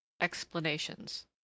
EXPLANATIONS